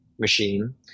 machine